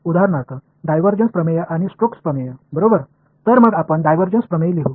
उदाहरणार्थ डायव्हर्जन्स प्रमेय आणि स्टोक्स प्रमेय बरोबर तर मग आपण डायव्हर्जन्स प्रमेय लिहू